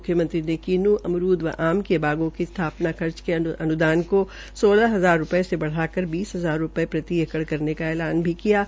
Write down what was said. मुख्यमंत्री ने किन्नू अमरूद व आम के बागों के स्थापना खर्च के अनुदान को सोलह हजार रूपये से बढ़कार बीस हजार रूपये प्रति एकड़ करने का ऐलान भी किया है